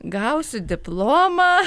gausiu diplomą